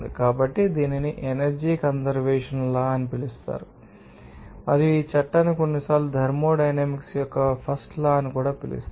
కాబట్టి దీనిని energy conservation law అని పిలుస్తారు మరియు ఈ చట్టాన్ని కొన్నిసార్లు థర్మోడైనమిక్స్ యొక్క ఫస్ట్ లా అని పిలుస్తారు